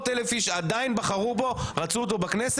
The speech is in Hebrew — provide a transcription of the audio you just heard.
הצביעו 400 אלף אנשים שבחרו בו ורצו אותו בכנסת.